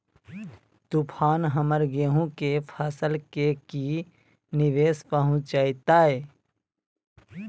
तूफान हमर गेंहू के फसल के की निवेस पहुचैताय?